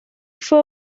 fue